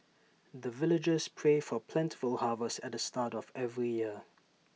the villagers pray for plentiful harvest at the start of every year